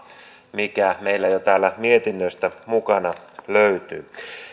mikä meillä jo täällä mietinnössä mukana löytyy